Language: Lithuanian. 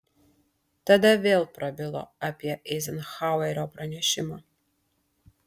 tada vėl prabilo apie eizenhauerio pranešimą